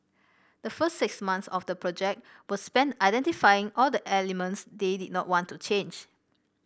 the first six months of the project were spent identifying all the elements they did not want to change